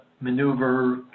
maneuver